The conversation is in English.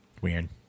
Weird